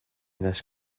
this